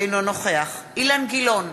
אינו נוכח אילן גילאון,